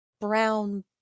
brown